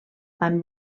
amb